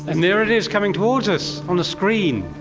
and there it is coming towards us on a screen,